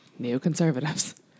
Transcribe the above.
neoconservatives